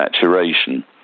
saturation